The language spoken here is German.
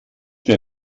wir